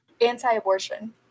Anti-abortion